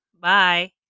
bye